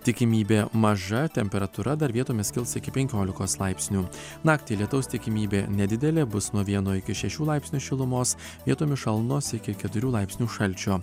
tikimybė maža temperatūra dar vietomis kils iki penkiolikos laipsnių naktį lietaus tikimybė nedidelė bus nuo vieno iki šešių laipsnių šilumos vietomis šalnos iki keturių laipsnių šalčio